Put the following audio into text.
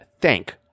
thank